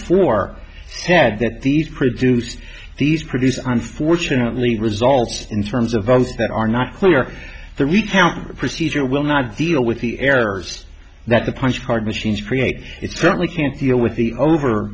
four said that these produce these produce on fortunately results in terms of others that are not clear the recount procedure will not deal with the errors that the punch card machines create it certainly can't deal with the over